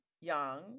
Young